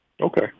okay